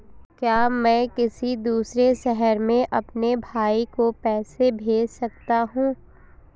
क्या मैं किसी दूसरे शहर में अपने भाई को पैसे भेज सकता हूँ?